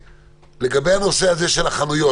לגבי הנושא הזה של החנויות,